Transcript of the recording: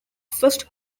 first